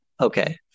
Okay